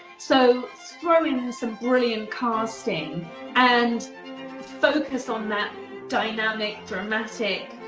so, throw in some brilliant casting and focus on that dynamic, dramatic,